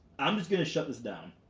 i'm just gonna shut this down.